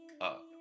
up